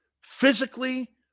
physically